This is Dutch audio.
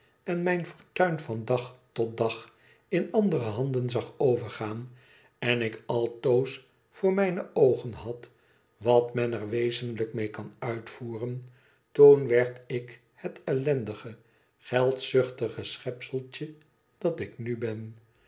en mijn fortuin van dag tot dag in andere handen zag overgaan en ik altoos voor mijne oogen had wat men er wezenlijk mee kan uitvoeren toen werd ik het ellendige geldzuchtige schepseltje dat ik nu ben